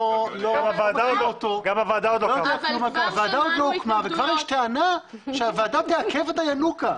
הוועדה עוד לא הוקמה וכבר יש טענה שהוועדה תעכב את הינוקא.